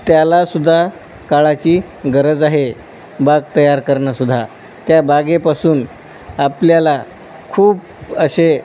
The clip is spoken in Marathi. त्यालासुद्धा काळाची गरज आहे बाग तयार करणंसुद्धा त्या बागेपासून आपल्याला खूप असे